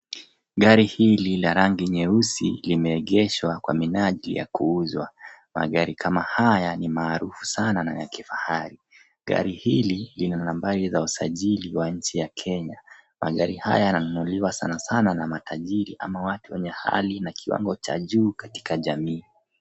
Gari hili la rangi nyeusi limeegeshwa kwa minajili ya kuuzwa. Magari kama haya ni maarufu sana na ni ya kifahari. Gari hili lina nambari za usajili wa nchi ya Kenya. Magari haya yananunuliwa sanasana na matajiri ama watu wenye hali na kiwango cha juu katika jamii.